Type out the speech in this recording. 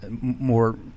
more